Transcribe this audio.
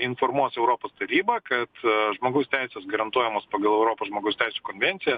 informuos europos tarybą kad žmogaus teisės garantuojamos pagal europos žmogaus teisių konvenciją